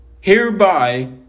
Hereby